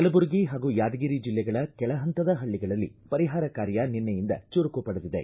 ಕಲಬುರಗಿ ಹಾಗೂ ಯಾದಗಿರಿ ಜಿಲ್ಲೆಗಳ ಕೆಳಹಂತದ ಹಳ್ಳಗಳಲ್ಲಿ ಪರಿಹಾರ ಕಾರ್ಯ ನಿನ್ನೆಯಿಂದ ಚುರುಕು ಪಡೆದಿದೆ